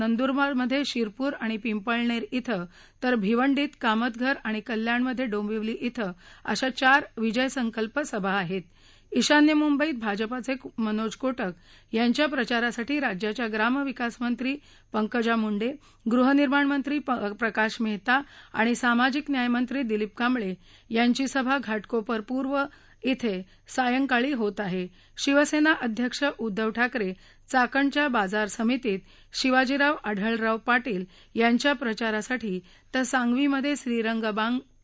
नंदूरबार मधीशिरपूर आणि पिंपळनर द्वेथं तर भिवंडीत कामतघर आणि कल्याणमध्रिंबिवली इथं अशा चार विजय संकल्प सभा आहेती ईशान्य मुंबईत भाजपाचक्रिनोज कोटक यांच्या प्रचारासाठी राज्याच्या ग्रामविकास मंत्री पंकजा मुंडा िहनिर्माण मंत्री प्रकाश महिता आणि सामाजिक न्याय मंत्री दिलीप कांबळ यांची सभा घाटकोपर पूर्वमध्यक्रिय सायंकाळी होत आह शिवसम्री अध्यक्ष उद्धव ठाकरव्राकणच्या बाजार समितीत शिवाजीराव आढळराव पाटील यांच्या प्रचारासाठी तर सांगवीमध्यश्रीरंग बारणश्रींच्या प्रचारासाठी सभा घश्रील